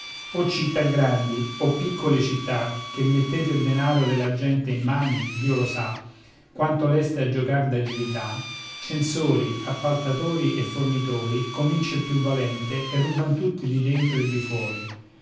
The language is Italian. o città grandi o piccole città che mettete il denaro della gente in mani dio lo sa quanto leste a giocar d'agilità censori appaltatori e fornitori comincia il più valente e ruban tutti di dentro e di fuori